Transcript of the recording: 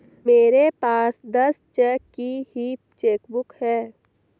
मेरे पास दस चेक की ही चेकबुक है